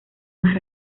más